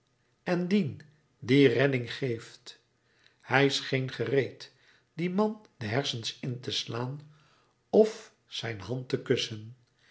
en dien die redding geeft hij scheen gereed dien man de hersens in te slaan of zijn hand te kussen